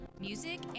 music